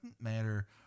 matter